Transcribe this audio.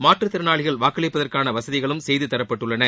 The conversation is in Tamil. மாற்றுதிறனாளிகள் வாக்களிப்பதற்கான வசதிகளும் செய்து தரப்பட்டுள்ளன